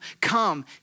come